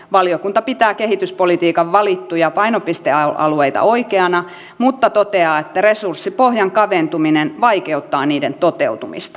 valiokunta pitää kehityspolitiikan valittuja painopistealueita oikeina mutta toteaa että resurssipohjan kaventuminen vaikeuttaa niiden toteutumista